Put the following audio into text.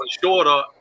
shorter